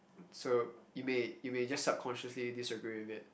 so it may it may just subconsciously disagree with it